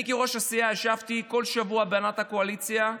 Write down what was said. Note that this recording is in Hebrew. אני כראש הסיעה ישבתי כל שבוע בהנהלת הקואליציה,